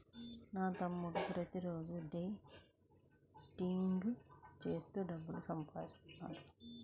నా తమ్ముడు ప్రతిరోజూ డే ట్రేడింగ్ చేత్తూ డబ్బులు సంపాదిత్తన్నాడు